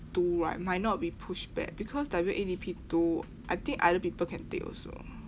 two right might not be pushed back because W_A_D_P two I think other people can take also